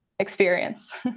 experience